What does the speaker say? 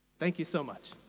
thank you so much.